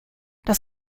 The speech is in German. das